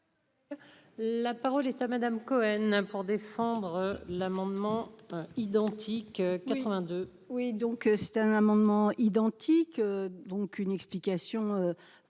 La parole est à Madame Cohen pour défendre l'amendement identique 82. Oui, donc c'est un amendement identique donc une explication